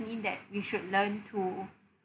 mean that we should learn to